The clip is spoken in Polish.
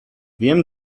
wiem